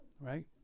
Right